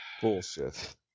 bullshit